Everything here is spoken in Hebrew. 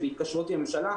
שבהתקשרויות עם הממשלה,